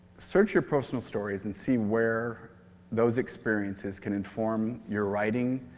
search your personal stories and see where those experiences can inform your writing,